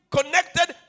connected